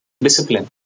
discipline